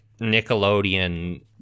Nickelodeon